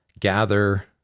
gather